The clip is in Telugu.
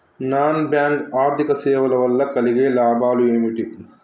నాన్ బ్యాంక్ ఆర్థిక సేవల వల్ల కలిగే లాభాలు ఏమిటి?